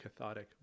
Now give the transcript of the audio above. cathodic